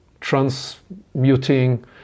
transmuting